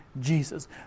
Jesus